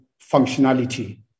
functionality